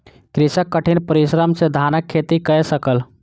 कृषक कठिन परिश्रम सॅ धानक खेती कय सकल